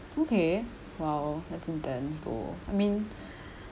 okay well that's intense though I mean